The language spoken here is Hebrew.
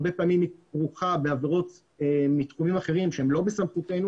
שהרבה פעמים כרוכות בעבירות מתחומים אחרים שהם לא בסמכותנו,